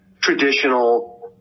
traditional